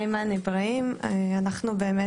איימן איברהים.